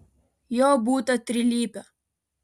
jo būta trilypio